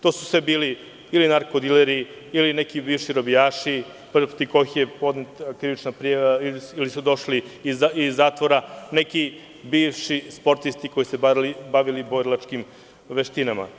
To su sve bili narko dileri, bivši robijaši protiv kojih je podnesena krivična prijava ili su došli iz zatvora, neki bivši sportisti koji su se bavili borilačkim veštinama.